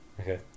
Okay